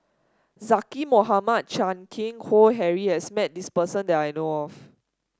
Zaqy Mohamad Chan Keng Howe Harry has met this person that I know of